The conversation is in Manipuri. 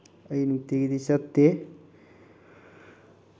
ꯑꯩ ꯅꯨꯡꯇꯤꯒꯤꯗꯤ ꯆꯠꯇꯦ